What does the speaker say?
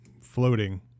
floating